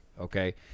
okay